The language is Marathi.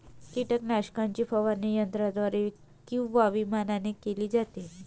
कीटकनाशकाची फवारणी यंत्राद्वारे किंवा विमानाने केली जाते